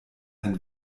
ein